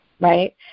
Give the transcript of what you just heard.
right